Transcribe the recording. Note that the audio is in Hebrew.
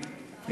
בשביל,